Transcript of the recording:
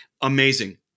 amazing